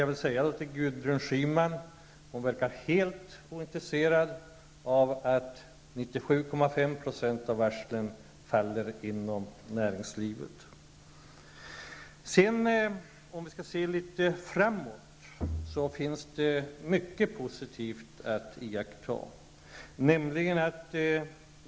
Gudrun Schyman verkar helt ointresserad av att 97,5 % av varslen föll ut inom näringslivet. Det finns mycket positivt att iaktta, om vi ser litet framåt.